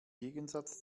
gegensatz